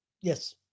Yes